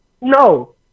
No